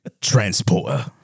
Transporter